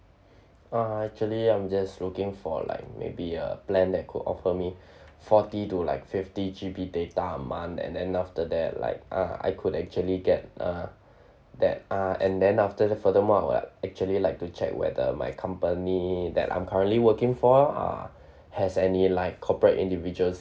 ah actually I'm just looking for like maybe a plan that could offer me forty to like fifty G_B data a month and then after that like uh I could actually get uh that ah and then after the furthermore I'd actually like to check whether my company that I'm currently working for uh has any like corporate individual